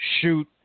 shoot